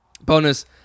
Bonus